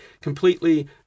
Completely